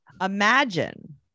Imagine